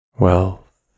Wealth